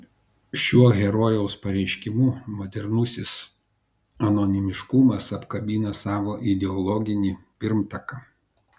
šiuo herojaus pareiškimu modernusis anonimiškumas apkabina savo ideologinį pirmtaką